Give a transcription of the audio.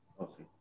Okay